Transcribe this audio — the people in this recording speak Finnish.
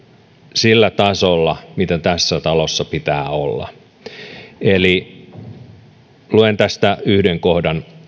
sillä tasolla mitä tässä talossa pitää olla luen tästä yhden kohdan